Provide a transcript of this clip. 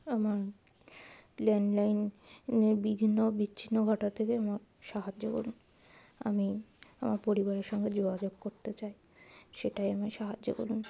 আমার ল্যান্ডলাইন বিভিন্ন বিচ্ছিন্ন ঘটা থেকে আমার সাহায্য করুন আমি আমার পরিবারের সঙ্গে যোগাযোগ করতে চাই সেটাই আমি সাহায্য করুন